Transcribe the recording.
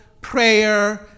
prayer